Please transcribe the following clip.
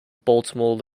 baltimore